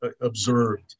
observed